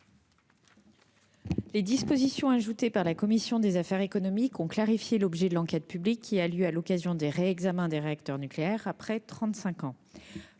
Les dispositions ajoutées par la commission des affaires économiques ont clarifié l'objet de l'enquête publique qui a lieu à l'occasion des réexamens des réacteurs nucléaires, après